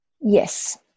yes